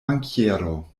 bankiero